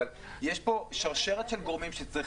אבל יש פה שרשרת של גורמים שצריכים